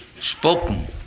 spoken